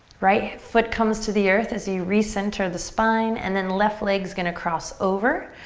right foot comes to the earth as you re-center the spine and then left leg's gonna cross over.